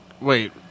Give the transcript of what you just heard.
Wait